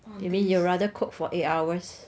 you mean you'd rather cook for eight hours